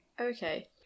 Okay